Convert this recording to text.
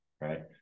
right